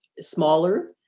Smaller